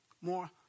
More